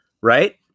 right